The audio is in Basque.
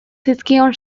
zizkion